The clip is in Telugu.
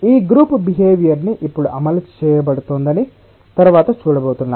ఈ గ్రూప్ బిహేవియర్ ని ఇప్పుడు అమలు చేయబడుతోందని తరువాత చూడబోతున్నాం